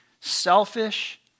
selfish